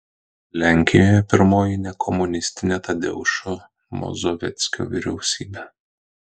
lenkijoje pirmoji nekomunistinė tadeušo mazoveckio vyriausybė